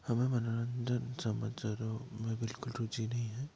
हमें मनोरंजन समाचारों में बिलकुल रुचि नहीं है